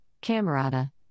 Camerata